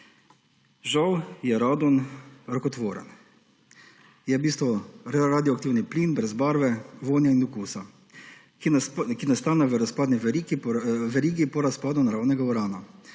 Žal je radon rakotvoren. Je radioaktiven plin brez barve, vonja in okusa, ki nastane v razpadni verigi po razpadu naravnega urana,